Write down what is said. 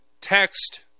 text